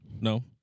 No